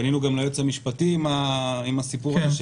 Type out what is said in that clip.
פנינו גם ליועץ המשפטי עם הסיפור הזה,